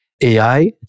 AI